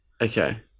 okay